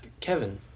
Kevin